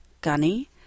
Gunny